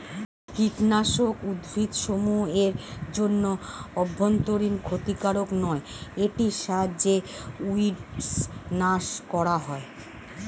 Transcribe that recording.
কীটনাশক উদ্ভিদসমূহ এর জন্য অভ্যন্তরীন ক্ষতিকারক নয় এটির সাহায্যে উইড্স নাস করা হয়